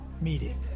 meeting